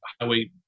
highway